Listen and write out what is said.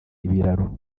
ibiraro